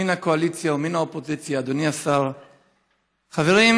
מן הקואליציה ומן האופוזיציה, אדוני השר, חברים,